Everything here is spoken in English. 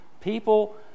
People